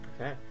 Okay